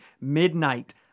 midnight